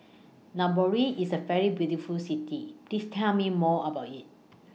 Nairobi IS A very beautiful City Please Tell Me More about IT